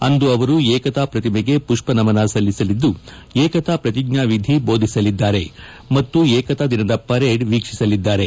ಅಂದು ಅವರು ಏಕತಾ ಪ್ರತಿಮೆಗೆ ಪುಪ್ಪ ನಮನ ಸಲ್ಲಿಸಲಿದ್ದು ಏಕತಾ ಪ್ರತಿಜ್ಞಾವಿಧಿ ದೋಧಿಸಲಿದ್ದಾರೆ ಮತ್ತು ರಾಷ್ಲೀಯ ಏಕತಾ ದಿನದ ಪರೇಡ್ ವೀಕ್ಷಿಸಲಿದ್ದಾರೆ